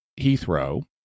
Heathrow